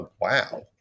wow